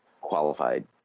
qualified